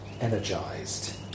energized